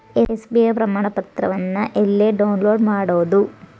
SBI ಪ್ರಮಾಣಪತ್ರವನ್ನ ಎಲ್ಲೆ download ಮಾಡೊದು?